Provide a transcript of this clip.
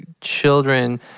children